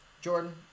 Jordan